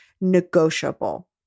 negotiable